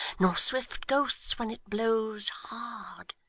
nor swift ghosts when it blows hard,